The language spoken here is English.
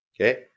okay